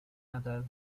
natal